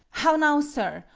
how now, sir?